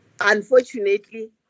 Unfortunately